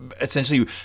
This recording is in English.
essentially